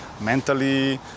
mentally